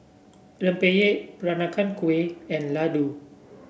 Rempeyek Peranakan Kueh and Laddu